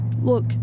look